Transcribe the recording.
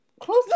Close